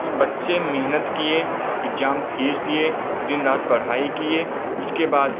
ई बच्चे मिहनत किए इग्जाम फीस दिए दिन रात पढ़ाई किए उसके बाद